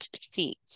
seat